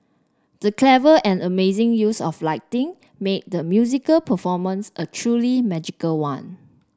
the clever and amazing use of lighting made the musical performance a truly magical one